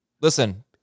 listen